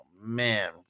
man